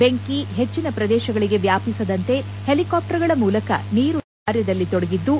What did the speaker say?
ಬೆಂಕಿ ಹೆಚ್ಚನ ಪ್ರದೇಶಗಳಿಗೆ ವ್ಲಾಪಿಸದಂತೆ ಹೆಲಿಕಾಪ್ಲರ್ಗಳ ಮೂಲಕ ನೀರು ಸಿಂಪಡಿಸುವ ಕಾರ್ಯದಲ್ಲಿ ತೊಡಗಿದ್ದು